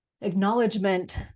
acknowledgement